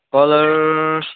colour